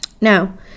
Now